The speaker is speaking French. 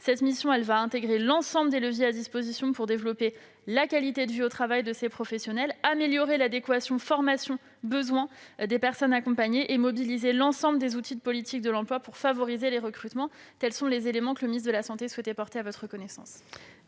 Cette mission intégrera l'ensemble des leviers à disposition pour développer la qualité de vie au travail de ces professionnels, améliorer l'adéquation des formations aux besoins des personnes accompagnées et mobiliser l'ensemble des outils des politiques de l'emploi pour favoriser les recrutements. Tels sont, monsieur le sénateur, les éléments que le ministre des solidarités et de la santé souhaitait porter à votre connaissance.